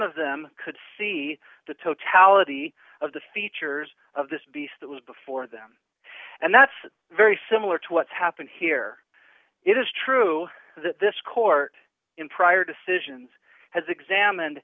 of them could see the totality of the features of this beast that was before them and that's very similar to what's happened here it is true that this court in prior decisions has examined